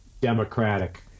Democratic